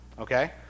Okay